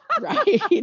Right